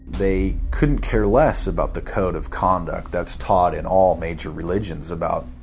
they couldn't care less about the code of conduct. that's taught in all major religions about.